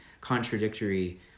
contradictory